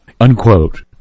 Unquote